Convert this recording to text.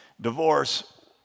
divorce